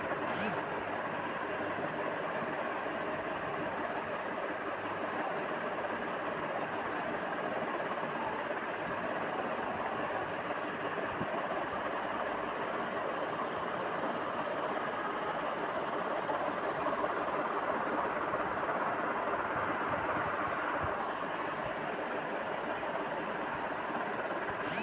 गौमूत्र केरो छिड़काव करला से पौधा मे बृद्धि होय छै फसल के उपजे भी अच्छा होय छै?